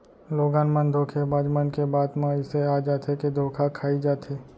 लोगन मन धोखेबाज मन के बात म अइसे आ जाथे के धोखा खाई जाथे